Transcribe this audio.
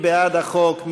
מי בעד החוק?